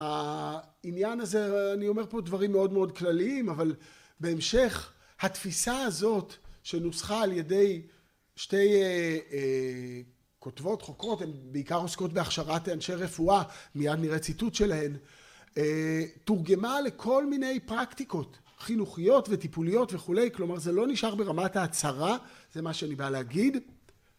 העניין הזה... אני אומר פה דברים מאוד מאוד כלליים, אבל בהמשך, התפיסה הזאת, שנוסחה על ידי שתי כותבות חוקרות, הן בעיקר עוסקות בהכשרת אנשי רפואה, מיד נראה ציטוט שלהן, תורגמה לכל מיני פרקטיקות, חינוכיות וטיפוליות וכו', כלומר, זה לא נשאר ברמת ההצהרה - זה מה שאני בא להגיד ...